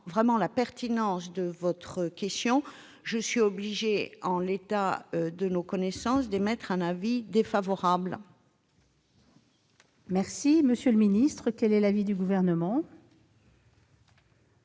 la pertinence de votre question, je suis obligée, en l'état de nos connaissances, d'émettre un avis défavorable. Quel est l'avis du Gouvernement ?